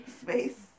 space